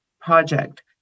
project